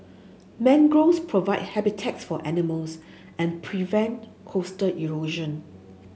mangroves provide habitats for animals and prevent coastal erosion